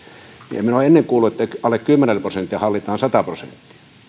prosenttia en ole ennen kuullut että alle kymmenellä prosentilla hallitaan sataa prosenttia